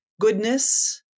goodness